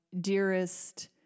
dearest